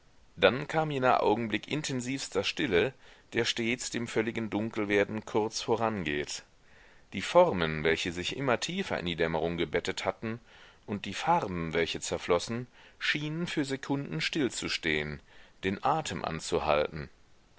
dann kam jener augenblick intensivster stille der stets dem völligen dunkelwerden kurz voran geht die formen welche sich immer tiefer in die dämmerung gebettet hatten und die farben welche zerflossen schienen für sekunden still zu stehen den atem anzuhalten